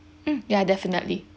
mm yeah definitely